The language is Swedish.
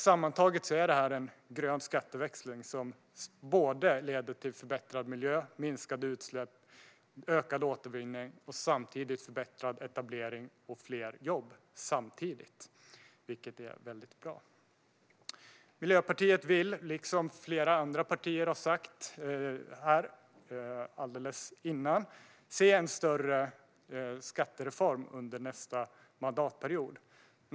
Sammantaget är det här en grön skatteväxling som leder till förbättrad miljö, minskade utsläpp och ökad återvinning såväl som förbättrad etablering och fler jobb - samtidigt. Det är väldigt bra. Miljöpartiet vill, liksom flera andra partier har sagt här tidigare, se en större skattereform under nästa mandatperiod.